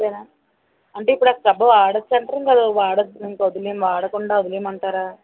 అంతేనా అంటే ఇప్పుడు ఆ స్క్రబ్ వాడొచ్చు అంటారా ఇంక అది వాడొద్దు ఇంక వదిలేయి వాడకుండా వదిలేయమంటారా